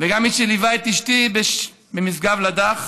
וגם ליוויתי את אשתי במשגב לדך